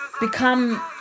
become